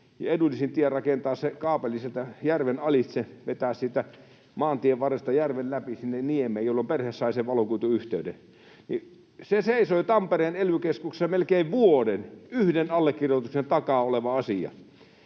edullisin tie, oli rakentaa se kaapeli sieltä järven alitse, vetää siitä maantien varresta järven läpi sinne niemeen, jolloin perhe sai sen valokuituyhteyden. Se seisoi Tampereen ely-keskuksessa melkein vuoden — yhden allekirjoituksen takana oleva asia.